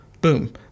Boom